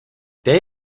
there